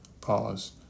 Pause